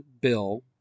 bill